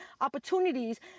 opportunities